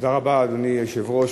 תודה רבה, אדוני היושב-ראש.